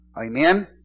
amen